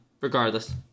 regardless